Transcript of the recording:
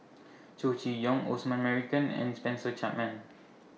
Chow Chee Yong Osman Merican and Spencer Chapman